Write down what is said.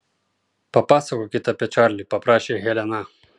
papasakokit apie čarlį paprašė helena